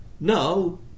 No